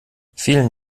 vielen